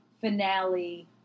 finale